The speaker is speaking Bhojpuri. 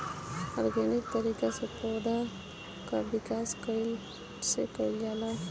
ऑर्गेनिक तरीका से पौधा क विकास कइसे कईल जाला?